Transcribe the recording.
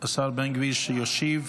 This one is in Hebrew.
השר בן גביר, שישיב.